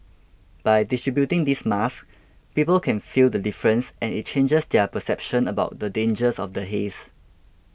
by distributing these masks people can feel the difference and it changes their perception about the dangers of the haze